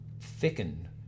thicken